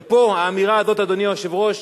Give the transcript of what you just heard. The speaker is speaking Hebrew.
ופה, האמירה הזאת, אדוני היושב-ראש,